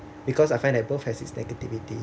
because I find that both has its negativity